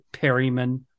Perryman